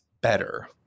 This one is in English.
better